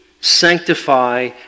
sanctify